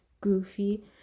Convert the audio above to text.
goofy